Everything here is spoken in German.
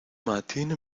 martine